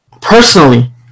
personally